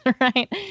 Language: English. right